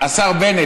השר בנט,